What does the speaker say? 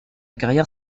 carrière